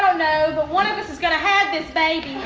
um know, but one of us is going to have this baby